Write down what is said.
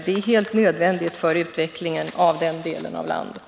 Det är helt nödvändigt för utvecklingen i den delen av landet.